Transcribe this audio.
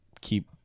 keep